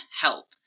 help